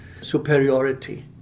superiority